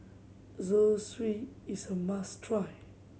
zosui is a must try